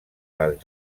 les